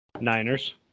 Niners